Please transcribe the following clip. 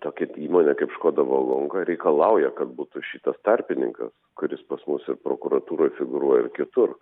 tokia įmonė kaip škoda vagonka reikalauja kad būtų šitas tarpininkas kuris pas mus ir prokuratūroje figūruoja ir kitur